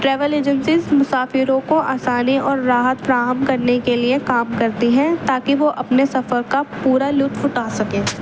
travel agencies مسافروں کو آسانی اور راحت فراہم کرنے کے لیے کام کرتی ہیں تاکہ وہ اپنے سفر کا پورا لطف اٹھا سکیں